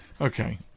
Okay